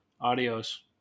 Adios